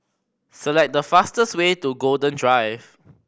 select the fastest way to Golden Drive